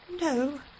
No